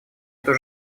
эту